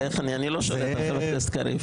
אני לא שולט על חבר הכנסת קריב.